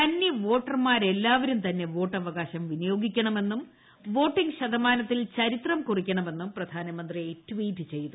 കന്നി വോട്ടർമാരെല്ലാവരും വോട്ടവകാശം തന്നെ വിനിയോഗിക്കണമെന്നും വോട്ടിംഗ് ശതമാനത്തിൽ ചരിത്രം കുറിക്കണമെന്നും പ്രധാനമന്ത്രി ട്വീറ്റ് ചെയ്തു